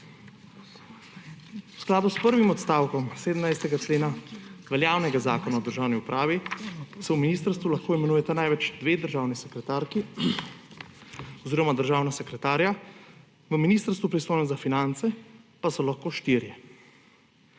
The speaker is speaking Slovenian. V skladu s prvim odstavkom 17. člena veljavnega Zakona o državni upravi se v ministrstvu lahko imenujeta največ dve državni sekretarki oziroma državna sekretarja, v ministrstvu, pristojnem za finance, pa so lahko štirje.